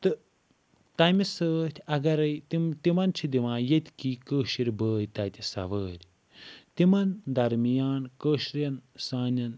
تہٕ تَمہِ سۭتۍ اَگَرٔے تِم تِمَن چھِ دِوان ییٚتکی کٲشِر بھٲے تَتہِ سَوٲرۍ تِمن درمیان کٲشریٚن سانیٚن